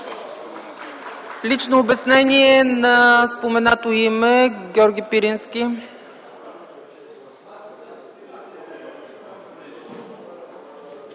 Лично обяснение на споменато име – Георги Пирински.